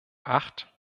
acht